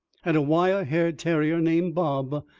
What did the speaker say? had a wire-haired terrier named bob,